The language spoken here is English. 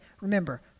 Remember